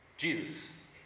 Jesus